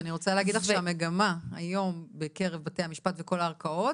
אני רוצה להגיד לך שהמגמה היום בקרב בתי המשפט בכל הערכאות,